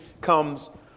comes